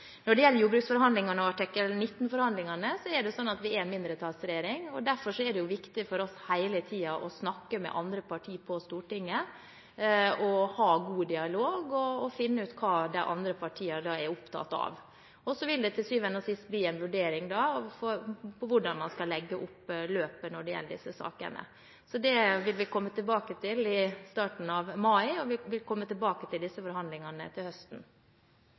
Når det gjelder jordbruksforhandlingene og artikkel 19-forhandlingene, er vi en mindretallsregjering, og derfor er det hele tiden viktig for oss å snakke med andre partier på Stortinget, ha god dialog og finne ut hva de andre partiene er opptatt av. Til syvende og siste vil det da bli en vurdering av hvordan man skal legge opp løpet når det gjelder disse sakene. Det vil vi komme tilbake til i starten av mai, og vi vil komme tilbake til disse forhandlingene til høsten.